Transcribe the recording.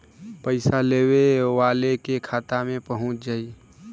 पइसा लेवे वाले के खाता मे पहुँच जाई